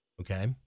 Okay